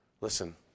Listen